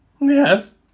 Yes